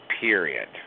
Period